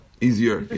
Easier